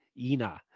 ina